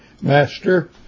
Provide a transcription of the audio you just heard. master